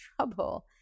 trouble